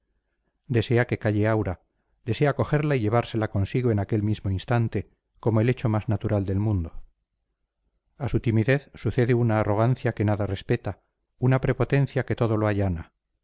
desea que calle aura desea cogerla y llevársela consigo en aquel mismo instante como el hecho más natural del mundo a su timidez sucede una arrogancia que nada respeta una prepotencia que todo lo allana